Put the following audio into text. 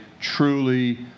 truly